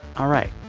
all right,